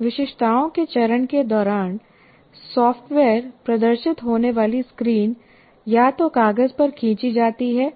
विशिष्टताओं के चरण के दौरान सॉफ़्टवेयर प्रदर्शित होने वाली स्क्रीन या तो कागज पर खींची जाती हैं